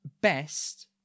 best